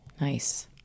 Nice